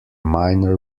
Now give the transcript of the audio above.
minor